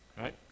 Right